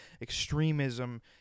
extremism